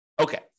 Okay